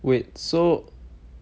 wait so